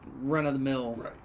run-of-the-mill